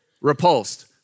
repulsed